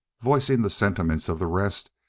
voicing the sentiments of the rest,